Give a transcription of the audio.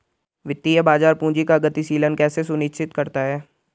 वित्तीय बाजार पूंजी का गतिशीलन कैसे सुनिश्चित करता है?